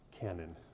canon